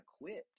equipped